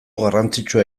garrantzitsua